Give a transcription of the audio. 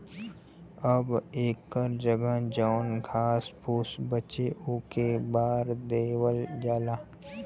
अब एकर जगह जौन घास फुस बचे ओके बार देवल जाला